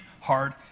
hard